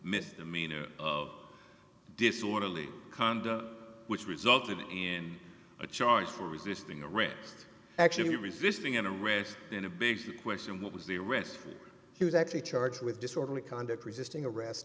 misdemeanor disorderly conduct which resulted in a charge for resisting arrest actually resisting an arrest in a big question what was the rest he was actually charged with disorderly conduct resisting arrest